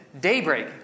Daybreak